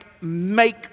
make